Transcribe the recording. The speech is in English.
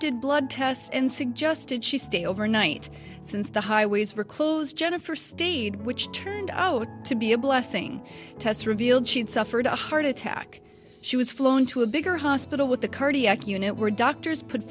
did blood tests and suggested she stay overnight since the highways were closed jennifer steed which turned out to be a blessing test revealed she'd suffered a heart attack she was flown to a bigger hospital with a cardiac unit where doctors put